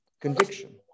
conviction